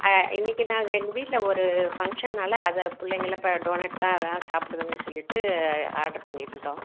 ஆ இன்றைக்கி நாங்கள் எங்கள் வீட்டில் ஒரு ஃபங்ஷன்னால அதை பிள்ளைங்கல்லாம் இப்போ டோணட்தான் அதுதான் சாப்பிடுதுங்கன்னு சொல்லிவிட்டு ஆர்டர் பண்ணியிருந்தோம்